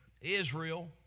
Israel